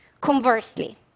Conversely